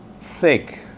thick